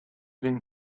been